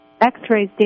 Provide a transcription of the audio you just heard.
x-rays